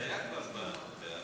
זה היה כבר פעם.